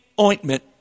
ointment